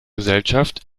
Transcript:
gesellschaft